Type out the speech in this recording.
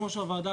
כמו שהוועדה,